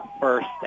first